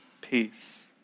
peace